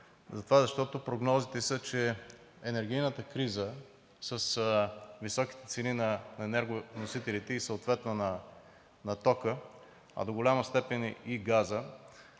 нататък, защото прогнозите са, че енергийната криза с високите цени на енергоносителите и съответно на тока, а до голяма степен и на